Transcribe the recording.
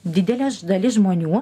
didelė dalis žmonių